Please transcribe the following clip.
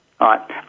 right